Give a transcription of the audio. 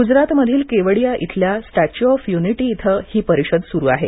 गुजरातमधील केवडिया इथल्या Statue of Unity इथं ही परिषद सुरू आहे